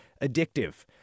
addictive